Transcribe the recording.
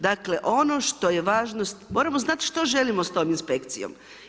Dakle ono što je važnost, moramo znati što želimo s tom inspekcijom.